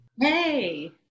Hey